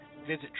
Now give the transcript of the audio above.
Visit